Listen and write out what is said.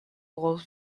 old